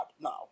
now